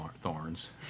Thorns